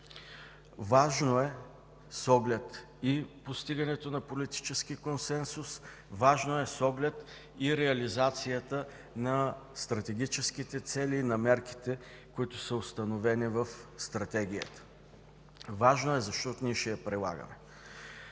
Важно е с оглед и постигането на политически консенсус, важно е с оглед и реализацията на стратегическите цели и на мерките, които са установени в Стратегията. Важно е, защото ние ще я прилагаме.